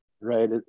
right